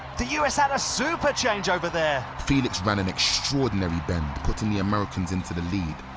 the us had a super changeover there. felix ran an extraordinary bend, putting the americans into the lead.